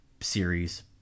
series